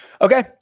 Okay